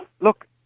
Look